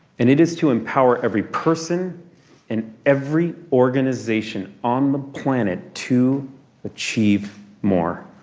and it is to empower every person and every organization on the planet to achieve more.